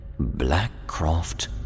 Blackcroft